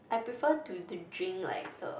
I prefer to d~ drink like uh